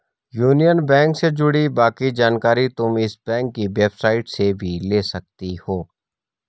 union Bank से जुड़ी बाकी जानकारी तुम इस बैंक की वेबसाईट से भी ले सकती हो